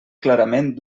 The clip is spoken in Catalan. clarament